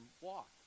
walk